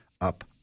up